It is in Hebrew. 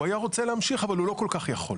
והוא היה רוצה להמשיך, אבל הוא לא כל כך יכול.